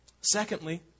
Secondly